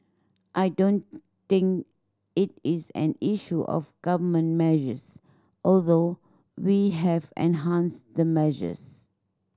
I don't think it is an issue of Government measures although we have enhanced the measures